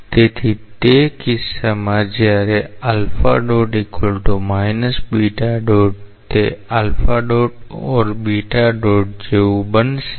તેથી તે કિસ્સામાં જ્યારે તે or જેવુ બનશે